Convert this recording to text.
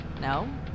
No